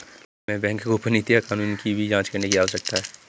हमें बैंक गोपनीयता कानूनों की भी जांच करने की आवश्यकता है